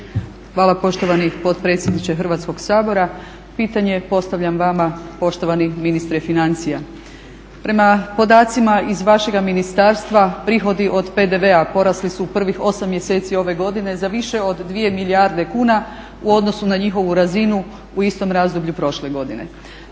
Hvala poštovani potpredsjedniče Hrvatskog sabora. Pitanje postavljam vama poštovani ministre financija. Prema podacima iz vašega ministarstva prihodi od PDV-a porasli su u prvih 8 mjeseci ove godine za više od 2 milijarde kuna u odnosu na njihovu razinu u istom razdoblju prošle godine.